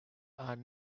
are